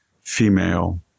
female